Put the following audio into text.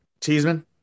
Cheeseman